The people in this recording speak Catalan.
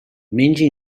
menja